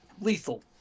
Lethal